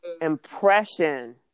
impression